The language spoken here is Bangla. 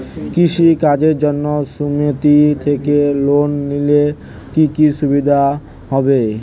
কৃষি কাজের জন্য সুমেতি থেকে লোন নিলে কি কি সুবিধা হবে?